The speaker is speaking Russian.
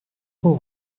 был